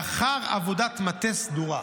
לאחר עבודת מטה סדורה,